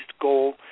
goal